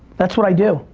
that's what i do.